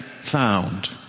found